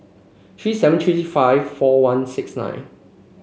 three seven three five four one six nine